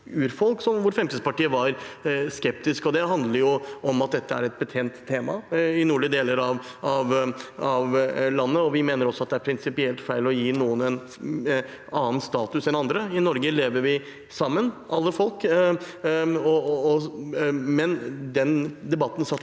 urfolk, hvor Fremskrittspartiet var skeptisk. Det handler om at dette er et betent tema i nordlige deler av landet, og vi mener også at det er prinsipielt feil å gi noen en annen status enn andre. I Norge lever vi sammen, alle folk. Den debatten satt til